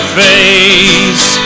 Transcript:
face